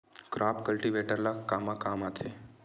Crop cultivator ला कमा काम आथे?